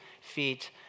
feet